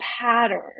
pattern